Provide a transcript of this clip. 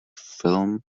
film